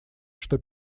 что